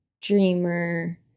dreamer